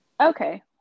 Okay